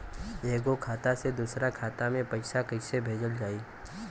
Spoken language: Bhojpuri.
एगो खाता से दूसरा खाता मे पैसा कइसे भेजल जाई?